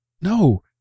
No